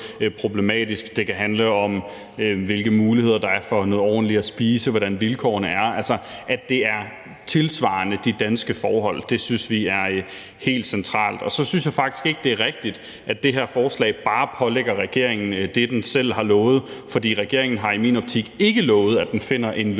problematisk, det kan handle om, hvilke muligheder der er for at få noget ordentligt at spise, hvordan vilkårene er, altså at det er tilsvarende de danske forhold. Det synes vi er helt centralt. Så synes jeg faktisk ikke, det er rigtigt, at det her forslag bare pålægger regeringen det, som den selv har lovet. For regeringen har i min optik ikke lovet, at den finder en løsning